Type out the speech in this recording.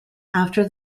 after